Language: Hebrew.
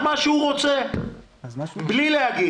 מה שתלוי בכם, זה אורך הגלות, ואני לא מוכן לזה.